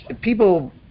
people